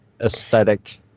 aesthetic